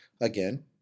again